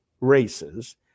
races